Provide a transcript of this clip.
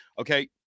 okay